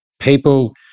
People